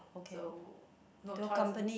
so no choice ah